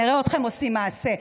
נראה אתכם עושים מעשה.